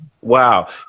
Wow